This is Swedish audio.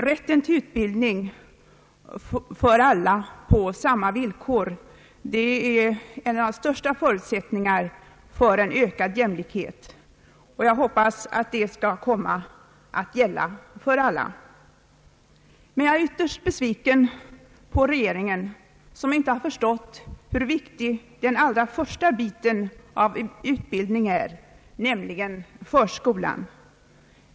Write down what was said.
Rätten till utbildning för alla på samma villkor är en av de främsta förutsättningarna för ökad jämlikhet. Jag hoppas att det skall komma att gälla för alla. Jag är emellertid ytterst besviken på regeringen, som inte har förstått hur viktig den allra första delen av utbildningen är, nämligen förskolan.